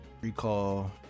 recall